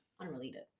unrelated